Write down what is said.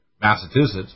Massachusetts